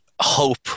hope